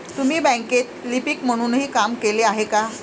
तुम्ही बँकेत लिपिक म्हणूनही काम केले आहे का?